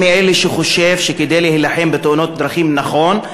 אני מאלה שחושבים שכדי להילחם בתאונות דרכים נכון,